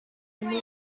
ernesto